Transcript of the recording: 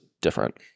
different